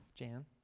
Jan